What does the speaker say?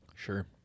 Sure